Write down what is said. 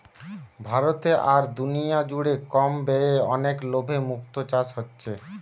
ভারতে আর দুনিয়া জুড়ে কম ব্যয়ে অনেক লাভে মুক্তো চাষ হচ্ছে